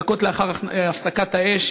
דקות לאחר הפסקת האש,